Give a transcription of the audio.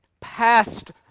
past